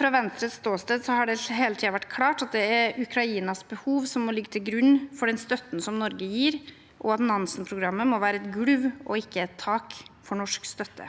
Fra Venstres ståsted har det hele tiden vært klart at det er Ukrainas behov som må ligge til grunn for den støtten Norge gir, og at Nansen-programmet må være et gulv og ikke et tak for norsk støtte.